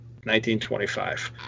1925